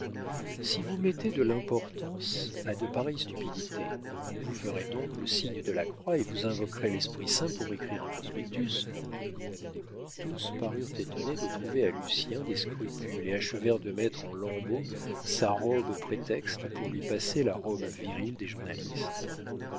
si vous mettez de l'importance à de pareilles stupidités vous ferez donc le signe de la croix et vous invoquerez l'esprit saint pour écrire un prospectus tous parurent étonnés de trouver à lucien des scrupules et achevèrent de mettre en lambeaux sa robe prétexte pour lui passer la robe virile des journalistes